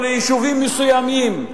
או ליישובים מסוימים,